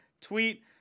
tweet